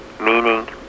meaning